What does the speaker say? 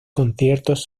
conciertos